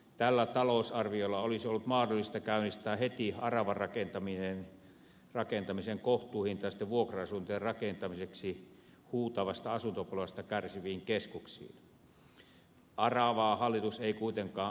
tällä talousarviolla olisi ollut mahdollista käynnistää heti aravarakentaminen kohtuuhintaisten vuokra asuntojen rakentamiseksi huutavasta asuntopulasta kärsiviin keskuksiin